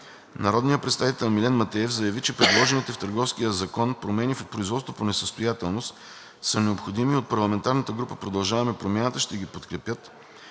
Народният представител Милен Матеев заяви, че предложените в Търговския закон промени в производството по несъстоятелност са необходими и от парламентарната група на „Продължаваме Промяната“ ще ги подкрепят,